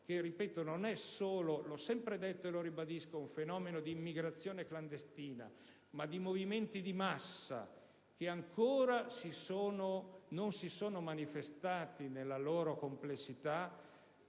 detto e ribadisco, di immigrazione clandestina, bensì di movimenti di massa che ancora non si sono manifestati nella loro complessità